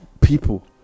people